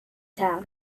town